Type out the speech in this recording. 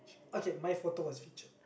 okay my photo was featured